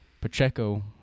Pacheco